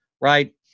right